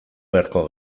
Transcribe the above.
beharko